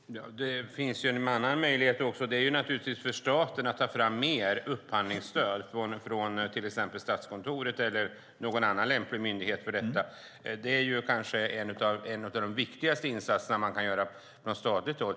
Fru talman! Det finns även en annan möjlighet, och det är naturligtvis att Statskontoret eller någon annan lämplig myndighet tar fram mer upphandlingsstöd. Det är kanske en av de viktigaste insatserna man kan göra från statligt håll.